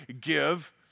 give